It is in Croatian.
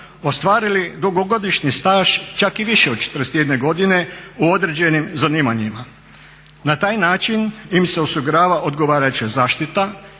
ostvarili dugogodišnji staž, čak i više od 41 godine u određenim zanimanjima. Na taj način im se osigurava odgovarajuća zaštita